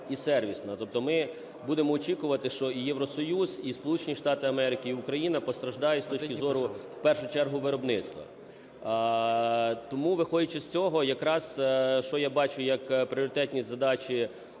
і сервісна. Тобто ми будемо очікувати, що Євросоюз і Сполучені Штати Америки, і Україна постраждають з точки зору в першу чергу виробництва. Тому, виходячи з цього, що я бачу як пріоритетні задачі